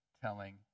telling